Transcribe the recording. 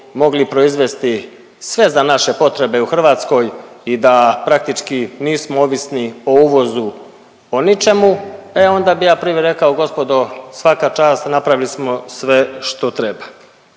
mogli proizvesti sve za naše potrebe u Hrvatskoj i da praktički nismo ovisni o uvozu, o ničemu e ona bi ja prvi rekao, gospodo svaka čast napravili smo sve što treba.